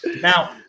Now